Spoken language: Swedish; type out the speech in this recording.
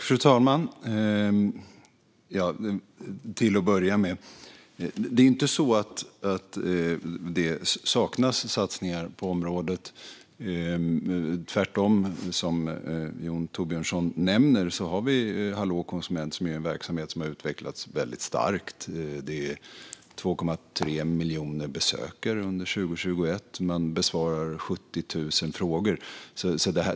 Fru talman! Till att börja med är det inte så att det saknas satsningar på området. Tvärtom, som Jon Thorbjörnson nämner, har vi Hallå konsument, en verksamhet som har utvecklats väldigt starkt. Man hade 2,3 miljoner besökare under 2021, och man besvarar 70 000 frågor.